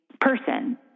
Person